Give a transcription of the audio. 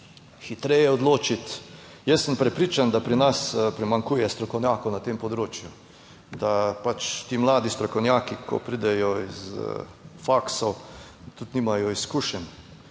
hitreje odločiti. Jaz sem prepričan, da pri nas primanjkuje strokovnjakov na tem področju, da pač ti mladi strokovnjaki, ko pridejo iz faksov, tudi nimajo izkušenj,